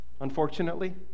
unfortunately